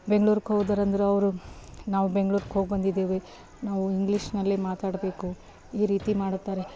ಬೆಂಗ್ಳೂರಿಗೆ ಹೋದರಂದ್ರೂ ಅವರು ನಾವು ಬೆಂಗ್ಳೂರಿಗೆ ಹೋಗಿ ಬಂದಿದ್ದೀವಿ ನಾವು ಇಂಗ್ಲೀಷ್ನಲ್ಲೇ ಮಾತಾಡಬೇಕು ಈ ರೀತಿ ಮಾಡುತ್ತಾರೆ